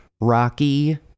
Rocky